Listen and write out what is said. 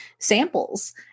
samples